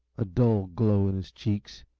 a dull glow in his cheeks.